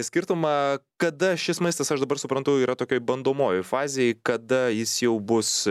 skirtumą kada šis maistas aš dabar suprantu yra tokioj bandomojoj fazėj kada jis jau bus